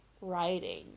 writing